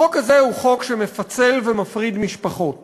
החוק הזה הוא חוק שמפצל ומפריד משפחות